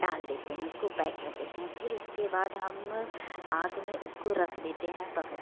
डाल देते हैं उसको पैक कर देते हैं फिर उसके बाद हम आग में उसको रख देते हैं पक